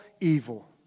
evil